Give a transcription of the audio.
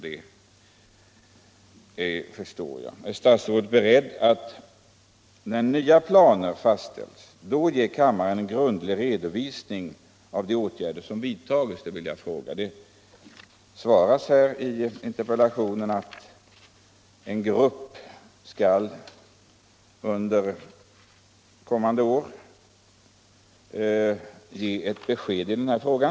Under dessa förutsättningar blir min fråga nu: Är statsrådet när nya planer har fastställts beredd att då ge kammaren en grundlig redovisning av de åtgärder som vidtagits? Det sägs i interpellationssvaret att en grupp under kommande år skall ge besked i denna fråga.